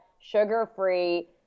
sugar-free